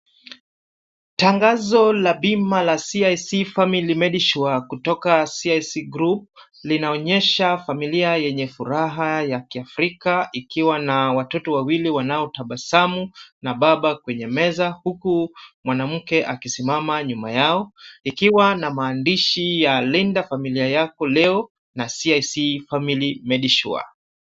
Tangazo la bima la CIC Family Medisure kutoka CIC Group linaonyesha familia yenye furaha ya kiafrika ikiwa na watoto wawili wanaotabasamu na baba kwenye meza huku mwanamke akisimama nyuma yao ikiwa na maandishi ya Linda familia yako leo na CIC Medisure.